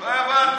לא הבנתי,